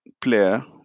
player